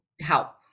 help